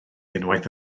unwaith